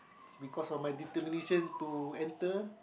because of my determination to enter